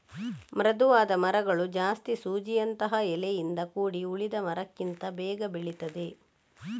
ಮೃದುವಾದ ಮರಗಳು ಜಾಸ್ತಿ ಸೂಜಿಯಂತಹ ಎಲೆಯಿಂದ ಕೂಡಿ ಉಳಿದ ಮರಕ್ಕಿಂತ ಬೇಗ ಬೆಳೀತದೆ